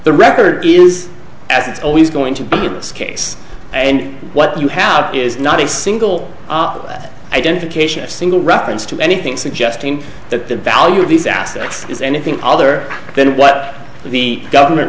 the record is as it's always going to be in this case and what you have is not a single identification a single reference to anything suggesting that the value of these assets is anything other than what the government